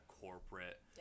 corporate